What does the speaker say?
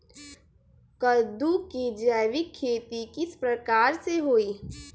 कददु के जैविक खेती किस प्रकार से होई?